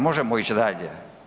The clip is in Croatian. Možemo ići dalje.